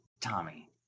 Tommy